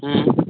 ᱦᱮᱸ